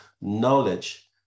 knowledge